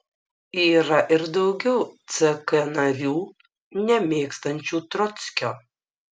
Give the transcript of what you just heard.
yra ir daugiau ck narių nemėgstančių trockio